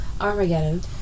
Armageddon